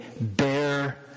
bear